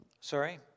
Sorry